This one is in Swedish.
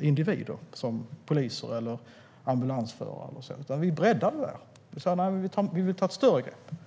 individer, såsom poliser eller ambulansförare, men vi breddar det och säger att vi vill ta ett större grepp.